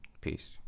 Peace